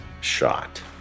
shot